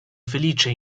felice